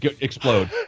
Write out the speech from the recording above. explode